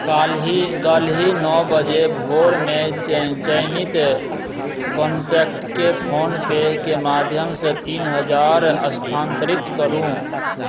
काल्हि नओ बजे भोरमे चयनित कॉन्टैक्ट के फोन पे के माध्यमसँ तीन हजार स्थानान्तरित करू